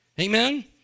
Amen